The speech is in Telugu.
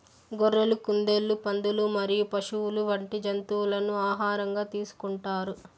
గొర్రెలు, కుందేళ్లు, పందులు మరియు పశువులు వంటి జంతువులను ఆహారంగా తీసుకుంటారు